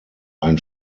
ein